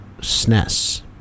SNES